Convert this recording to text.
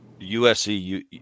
USC